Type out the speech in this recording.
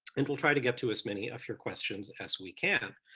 and will try to get to as many of your questions as we can.